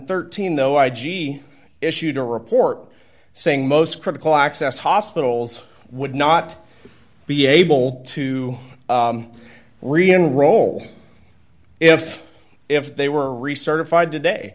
thirteen though i g issued a report saying most critical access hospitals would not be able to reenroll if if they were recertified today